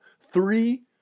three